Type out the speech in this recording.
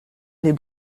les